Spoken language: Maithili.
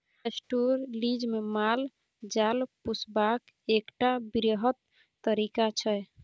पैस्टोरलिज्म माल जाल पोसबाक एकटा बृहत तरीका छै